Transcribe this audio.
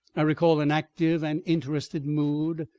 i recall an active and interested mood.